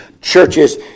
churches